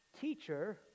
Teacher